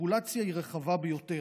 הרגולציה היא רחבה ביותר.